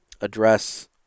address